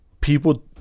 people